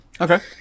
Okay